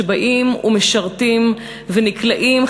שבאים ומשרתים ונקלעים,